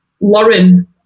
Lauren